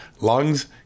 lungs